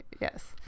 Yes